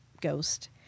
ghost